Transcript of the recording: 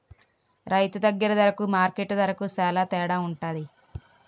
రైతు దగ్గర దరకు మార్కెట్టు దరకు సేల తేడవుంటది